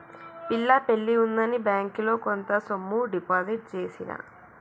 పిల్ల పెళ్లి ఉందని బ్యేంకిలో కొంత సొమ్ము డిపాజిట్ చేసిన